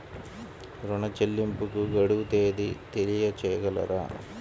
ఋణ చెల్లింపుకు గడువు తేదీ తెలియచేయగలరా?